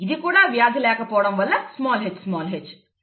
ఇది కూడా వ్యాధి లేకపోవడం వలన hh